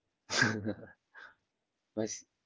must